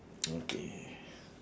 okay